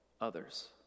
others